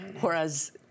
Whereas